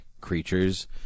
creatures